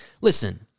Listen